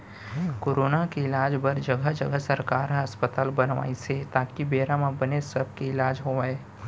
corona के इलाज बर जघा जघा सरकार ह अस्पताल बनवाइस हे ताकि बेरा म बने सब के इलाज होवय